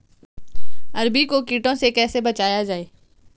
अरबी को कीटों से कैसे बचाया जाए?